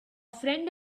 friend